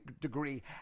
degree